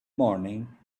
morning